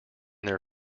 their